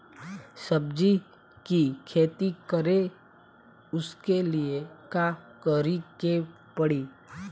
सब्जी की खेती करें उसके लिए का करिके पड़ी?